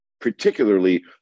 Particularly